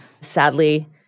Sadly